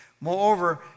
Moreover